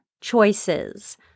choices